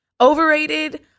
Overrated